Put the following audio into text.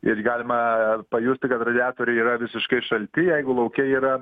ir galima pajusti kad radiatoriai yra visiškai šalti jeigu lauke yra